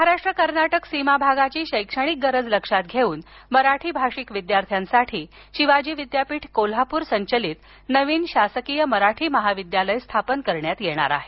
महाराष्ट्र कर्नाटक सीमाभागाची शैक्षणिक गरज लक्षात घेऊन मराठी भाषिक विद्यार्थ्यांसाठी शिवाजी विद्यापीठ कोल्हापूर संचलित नवीन शासकीय मराठी महाविद्यालय स्थापन करण्यात येत आहे